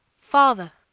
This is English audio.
father,